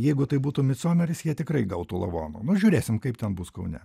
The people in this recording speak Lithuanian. jeigu tai būtų micomeris jie tikrai gautų lavono žiūrėsime kaip ten bus kaune